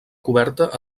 coberta